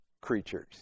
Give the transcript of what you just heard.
creatures